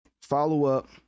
Follow-up